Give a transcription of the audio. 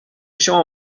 شما